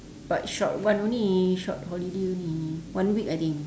but short one only short holiday only one week I think